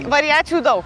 variacijų daug